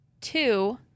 two